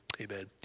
amen